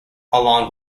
along